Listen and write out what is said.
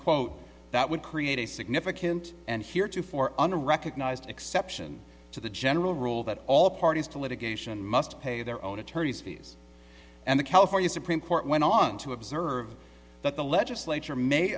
quote that would create a significant and here to for unrecognized exception to the general rule that all parties to litigation must pay their own attorney's fees and the california supreme court went on to observe that the legislature may